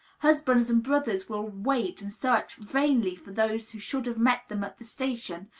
husbands and brothers will wait and search vainly for those who should have met them at the station,